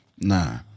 Nah